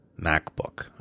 MacBook